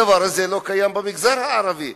הדבר הזה לא קיים במגזר הערבי.